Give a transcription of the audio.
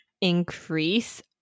increase